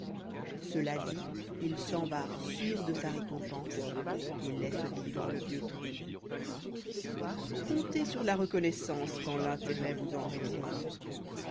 cela dit il s'en va sûr de sa récompense et laisse vivre le vieux tronc comptez sur la reconnoissance quand l'intérêt vous en répond